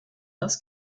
das